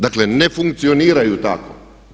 Dakle ne funkcioniraju tako.